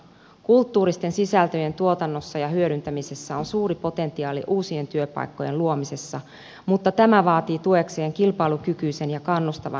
kulttuuristen sisältöjen tuotannossa ja hyödyntämisessä on suuri potentiaali uusien työpaikkojen luomisessa mutta tämä vaatii tuekseen kilpailukykyisen ja kannustavan toimintaympäristön